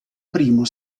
primo